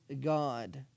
God